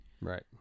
Right